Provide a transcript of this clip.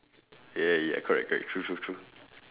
yeah yeah correct correct true true true